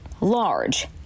large